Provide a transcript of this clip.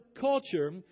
culture